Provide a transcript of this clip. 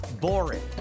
boring